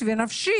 המטפלות והמטפלים